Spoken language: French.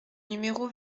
numéro